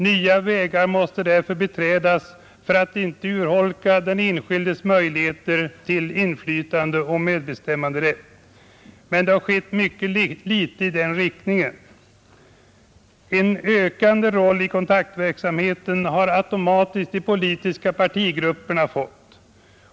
Nya vägar måste därför beträdas för att inte urholka den enskildes möjligheter till inflytande och medbestämmanderätt. Mycket litet har skett i den riktningen. En ökande roll i kontaktverksamheten har automatiskt de politiska partigrupperna fått.